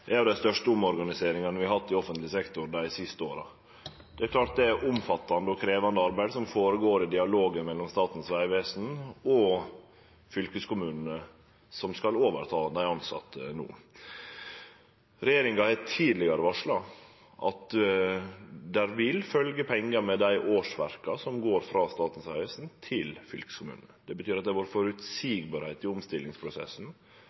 største omorganiseringane vi har hatt i offentleg sektor dei siste åra. Det er klart det er eit omfattande og krevjande arbeid, som går føre seg i dialog mellom Statens vegvesen og fylkeskommunane, som no skal overta dei tilsette. Regjeringa har tidlegare varsla at det vil følgje pengar med dei årsverka som går frå Statens vegvesen til fylkeskommunane. Det betyr at